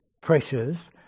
pressures